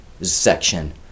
section